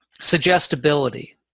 suggestibility